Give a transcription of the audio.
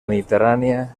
mediterrània